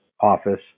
office